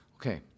okay